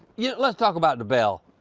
yeah let's talk about the belt.